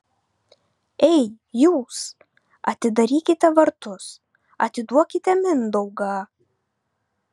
ei jūs atidarykite vartus atiduokite mindaugą